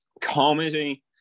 comedy